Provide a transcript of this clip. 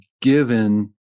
given